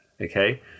okay